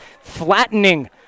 flattening